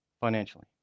financially